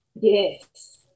Yes